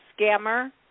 scammer